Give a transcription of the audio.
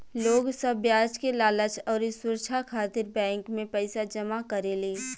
लोग सब ब्याज के लालच अउरी सुरछा खातिर बैंक मे पईसा जमा करेले